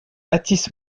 athis